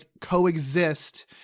coexist